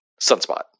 Sunspot